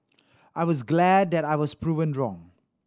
I was glad that I was proven wrong